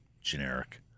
generic